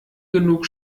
genug